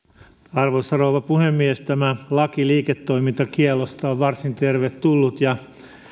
arvoisa rouva puhemies tämä laki liiketoimintakiellosta on varsin tervetullut ja